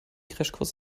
crashkurs